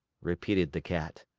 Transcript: repeated the cat.